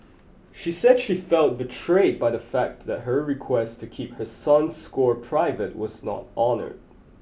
she said she felt betrayed by the fact that her request to keep her son's score private was not honoured